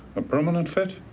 a permanent fit?